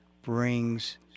brings